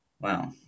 Wow